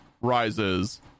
rises